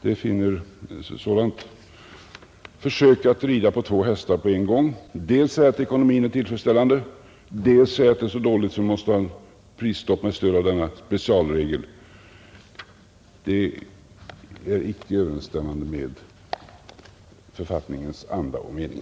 Ett sådant försök att rida på två hästar på en gång — att dels säga att ekonomin är tillfredsställande, dels säga att den är så dålig att vi med hjälp av denna specialregel måste införa ett prisstopp — är icke överensstämmande med författningens anda och mening.